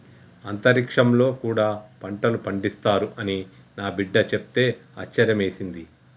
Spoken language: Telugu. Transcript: అంతరిక్షంలో కూడా పంటలు పండిస్తారు అని నా బిడ్డ చెప్తే ఆశ్యర్యమేసింది